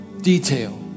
Detail